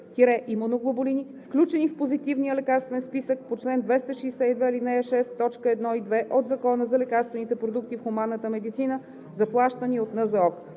кръв-имуноглобулини, включени в Позитивния лекарствен списък по чл. 262, ал. 6, т. 1 и 2 от Закона за лекарствените продукти в хуманната медицина, заплащани от НЗОК: